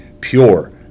pure